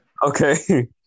Okay